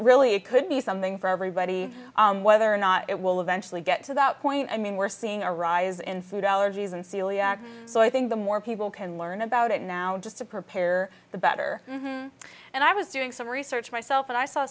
really it could be something for everybody whether or not it will eventually get to that point i mean we're seeing a rise in food allergies and celiac so i think the more people can learn about it now just to prepare the better and i was doing some research myself and i saw